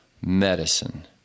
medicine